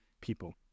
people